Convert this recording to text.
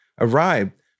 Arrived